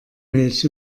milch